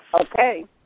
Okay